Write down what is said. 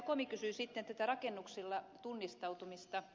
komi kysyi sitten tästä rakennuksilla tunnistautumisesta